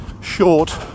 short